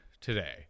today